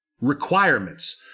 requirements